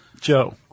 Joe